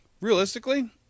Realistically